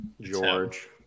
George